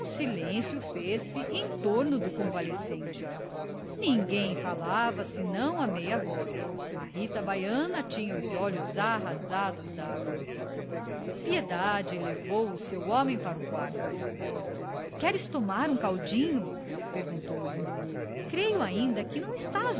silêncio fez-se em torno do convalescente ninguém falava senão a meia voz a rita baiana tinha os olhos arrasados dágua piedade levou o seu homem para o quarto queres tomar um caldinho perguntou-lhe creio que ainda não estás